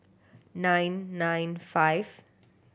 nine nine five